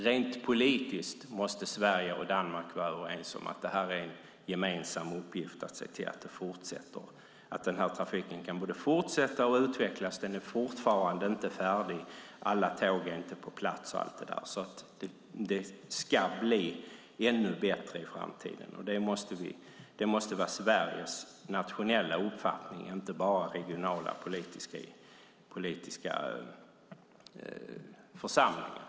Rent politiskt måste Sverige och Danmark därför vara överens om att det är en gemensam uppgift att se till att denna trafik kan fortsätta utvecklas. Den är fortfarande inte färdig. Alla tåg är inte på plats och så vidare. Det ska bli ännu bättre i framtiden. Det måste vara Sveriges nationella uppfattning och inte en uppfattning bara från regionala politiska församlingar.